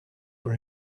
were